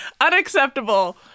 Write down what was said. Unacceptable